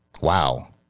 Wow